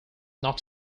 not